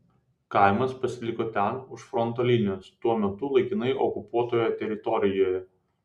kaimas pasiliko ten už fronto linijos tuo metu laikinai okupuotoje teritorijoje